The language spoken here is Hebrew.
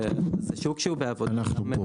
זה שוק שהוא בעבודה --- אנחנו פה.